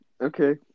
Okay